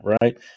right